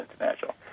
international